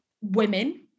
women